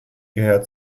gehört